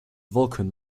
vulkan